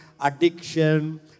addiction